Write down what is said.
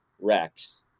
Rex